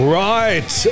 right